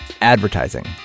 advertising